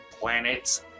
planets